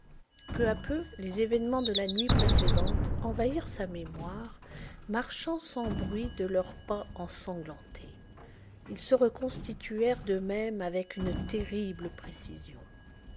peu à peu les événements de la nuit précédente envahirent sa mémoire marchant sans bruit de leurs pas ensanglantés ils se reconstituèrent d eux-mêmes avec une terrible précision